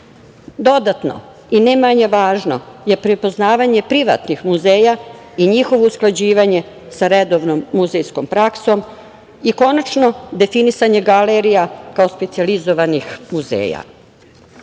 prakse. Dodatno, i ne manje važno, je prepoznavanje privatnih muzeja i njihovo usklađivanje sa redovnom muzejskom praksom i konačno definisanje galerija kao specijalizovanih muzeja. Takođe,